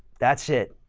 that's it.